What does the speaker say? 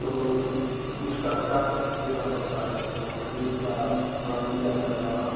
तो उसका क्या देना पड़ता है उस मन्थली या छमाही या सालाना